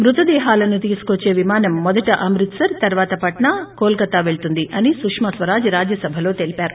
మృతదేహాలను తీసుకోచ్చే విమానం మొదట ల్మృత్సర్ తర్వాత పట్నా కోలక్తా వెళ్తుంది అని సుమ్మ స్వరాజ్ రాజ్యసభలో తెలిపారు